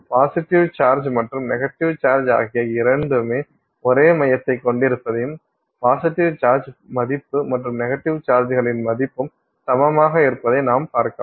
positive charge மற்றும் negative charge ஆகிய இரண்டுமே ஒரே மையத்தைக் கொண்டிருப்பதையும் பாசிட்டிவ் சார்ஜ்களின் மதிப்பு மற்றும் நெகட்டிவ் சார்ஜ்களின் மதிப்பும் சமமாக இருப்பதை நாம் பார்க்கலாம்